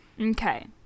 Okay